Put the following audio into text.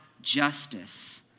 justice